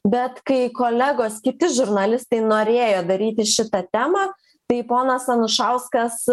bet kai kolegos kiti žurnalistai norėjo daryti šitą temą tai ponas anušauskas